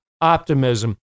optimism